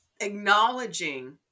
acknowledging